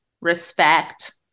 respect